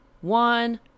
one